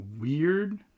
weird